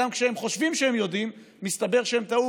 גם כשהם חושבים שהם יודעים מסתבר שהם טעו,